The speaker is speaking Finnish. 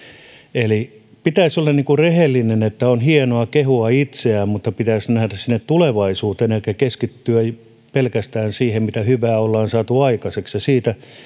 eli pitäisi olla rehellinen on hienoa kehua itseään mutta pitäisi nähdä sinne tulevaisuuteen eikä keskittyä pelkästään siihen mitä hyvää on saatu aikaiseksi